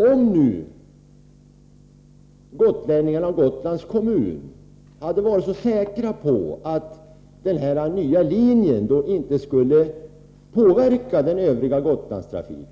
Om gotlänningarna och Gotlands kommun hade varit så säkra på att den nya linjen inte skulle påverka övrig Gotlandstrafik,